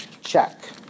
Check